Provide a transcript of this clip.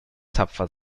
tapfer